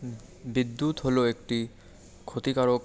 বিদ্যুৎ হল একটি ক্ষতিকারক